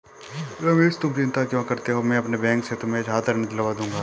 रमेश तुम चिंता क्यों करते हो मैं अपने बैंक से तुम्हें छात्र ऋण दिलवा दूंगा